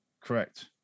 correct